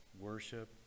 worship